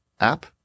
app